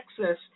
Texas